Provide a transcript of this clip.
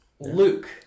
Luke